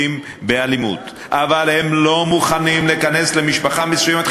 באלימות אבל העובדים לא מוכנים להיכנס למשפחה מסוימת,